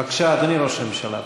בבקשה, אדוני ראש הממשלה.